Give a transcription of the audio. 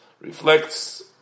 reflects